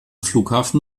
flughafen